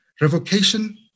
revocation